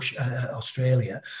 Australia